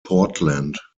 portland